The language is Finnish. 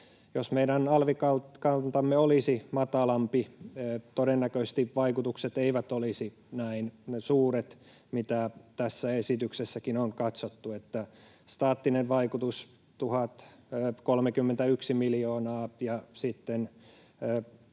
Jos meidän alvikantamme olisi matalampi, todennäköisesti vaikutukset eivät olisi näin suuret, mitä tässä esityksessäkin on katsottu: staattinen vaikutus 1 031 miljoonaa